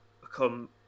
become